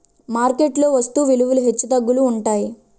market లో వస్తు విలువలు హెచ్చుతగ్గులు ఉంటాయి